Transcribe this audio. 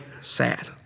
sad